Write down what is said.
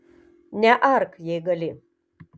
neark jei gali